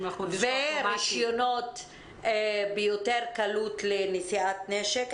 ורישיונות בהקלה לנשיאת נשק.